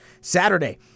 Saturday